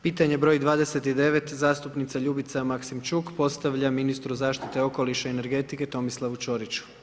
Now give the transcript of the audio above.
Pitanje broj 29, zastupnica Ljubica Maksimčuk postavlja ministru zaštite okoliša i energetike Tomislavu Ćoriću.